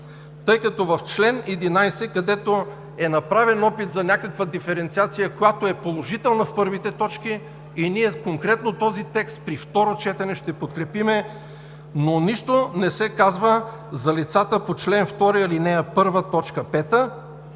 тъй като в чл. 11, където е направен опит за някаква диференциация, която е положителна в първите точки – ние конкретно този текст при второ четене ще подкрепим, но нищо не се казва за лицата по чл. 2, ал. 1,